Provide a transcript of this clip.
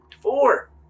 Four